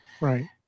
Right